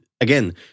Again